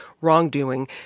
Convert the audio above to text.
wrongdoing